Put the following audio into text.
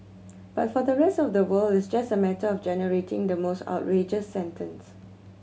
but for the rest of the world it's just a matter of generating the most outrageous sentence